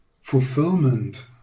fulfillment